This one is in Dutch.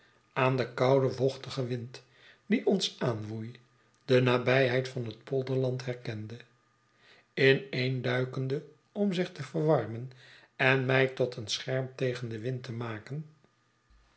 aan den kouden vochtigen wind die ons aanwoei de nabijheid van het polderland herkende ineenduikende om zich te verwarmen en mij tot een scherm tegen den wind te maken